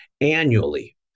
annually